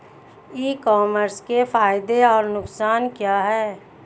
ई commerce के फायदे और नुकसान क्या हैं?